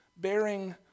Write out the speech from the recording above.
bearing